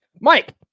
Mike